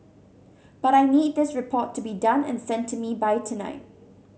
but I need this report to be done and sent to me by tonight